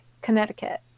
Connecticut